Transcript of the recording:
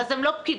אז הם לא פקידים.